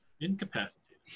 incapacitated